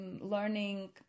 learning